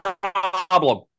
problem